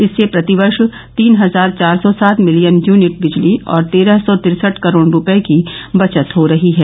इससे प्रतिवर्ष तीन हजार चार सौ सात मिलियन यूनिट बिजली और तेरह सौ तिरसठ करोड़ रुपये की बचत हो रही है